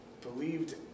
believed